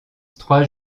trois